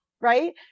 Right